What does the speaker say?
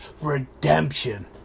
redemption